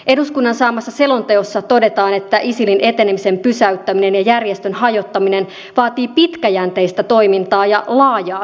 eduskunnan saamassa selonteossa todetaan että isilin etenemisen pysäyttäminen ja järjestön hajottaminen vaatii pitkäjänteistä toimintaa ja laajaa keinovalikoimaa